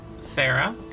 Sarah